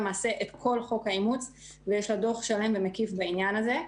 כל חוק האימוץ ויש דוח שלם ומקיף בעניין הזה.